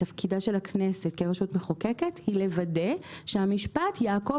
תפקיד הכנסת כרשות מחוקקת לוודא שהמשפט יעקוב